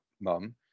mum